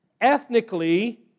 ethnically